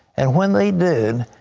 and when they did,